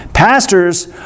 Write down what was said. Pastors